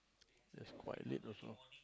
that's quite late also